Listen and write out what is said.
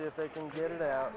if they can get it out